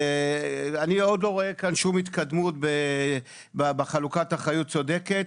אני עוד לא רואה כאן שום התקדמות בחלוקת אחריות צודקת,